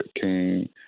King